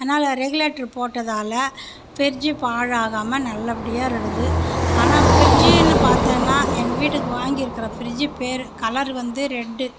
அதனால ரெகுலேட்டர் போட்டதால் ஃப்ரிட்ஜ்ஜு பாழாகம நல்லபடியாக இருக்குது ஆனால் ஃப்ரிட்ஜ்ஜுனு பார்த்தம்னா எங்கள் வீட்டுக்கு வாங்கிருக்குற ஃப்ரிட்ஜ்ஜு பேர் கலரு வந்து ரெட்டு